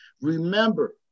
Remember